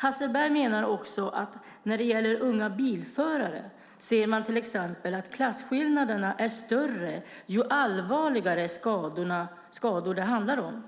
Hasselberg menar också att när det gäller unga bilförare är klasskillnaderna större ju allvarligare skador det handlar om.